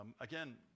Again